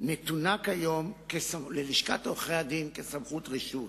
נתונה כיום ללשכת עורכי הדין כסמכות רשות,